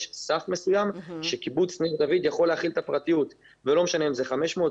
יש סף מסוים שקיבוץ ניר דוד יכול להחיל את הפרטיות ולא משנה אם אלה 500,